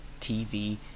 TV